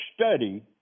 study